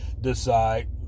decide